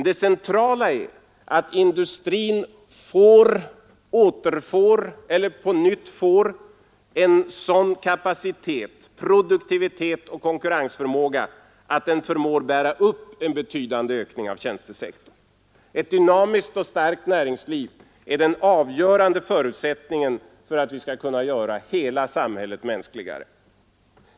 Det centrala är att industrin på nytt får en sådan kapacitet, produktivitet och konkurrensförmåga att den förmår bära upp en betydande ökning av tjänstesektorn. Ett dynamiskt och starkt näringsliv är den avgörande förutsättningen för att vi skall kunna göra hela samhället mänskligare.